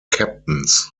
captains